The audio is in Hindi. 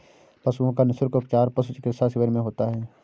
पशुओं का निःशुल्क उपचार पशु चिकित्सा शिविर में होता है